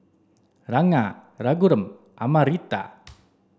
Ranga Raghuram Amartya